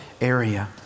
area